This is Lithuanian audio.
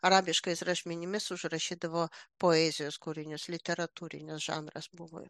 arabiškais rašmenimis užrašydavo poezijos kūrinius literatūrinis žanras buvo